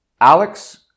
Alex